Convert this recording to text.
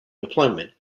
deployment